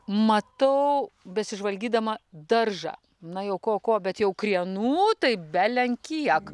matau besižvalgydama daržą na jau ko ko bet jau krienų tai belenkiek